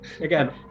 Again